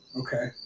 okay